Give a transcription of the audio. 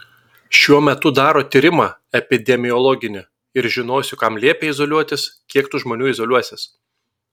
šiuo metu daro tyrimą epidemiologinį ir žinosiu kam liepia izoliuotis kiek tų žmonių izoliuosis